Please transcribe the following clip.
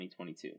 2022